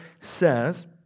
says